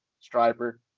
striper